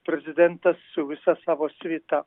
prezidentas su visa savo svita